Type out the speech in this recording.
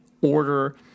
order